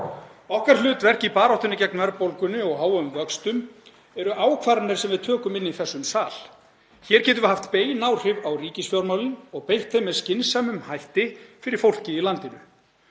Okkar hlutverk í baráttunni gegn verðbólgunni og háum vöxtum eru ákvarðanir sem við tökum í þessum sal. Hér getum við haft bein áhrif á ríkisfjármálin og beitt þeim með skynsamlegum hætti fyrir fólkið í landinu.